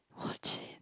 watching